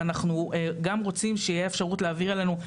ואנחנו גם רוצים שתהיה אפשרות להעביר אלינו,